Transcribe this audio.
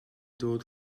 dod